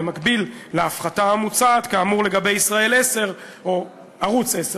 במקביל להפחתה המוצעת כאמור לגבי "ישראל 10" או ערוץ 10,